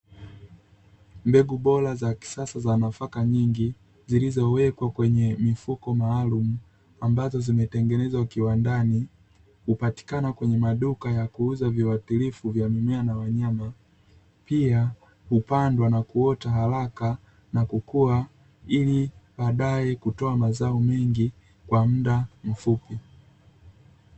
Mbegu bora za kisasa za nafaka nyingi, zilizowekwa kwenye mifuko maalumu, ambazo zimetengenezwa kiwandani, hupatikana kwenye maduka ya kuuza viuatilifu vya mimea na wanyama, pia hupandwa na kuota haraka na kukua ili baadaye kutoa mazao mengi kwa mda mfupi.